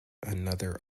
another